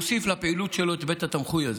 אלא שהוא הוסיף לפעילות שלו את בית התמחוי הזה,